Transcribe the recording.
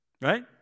right